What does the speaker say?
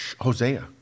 Hosea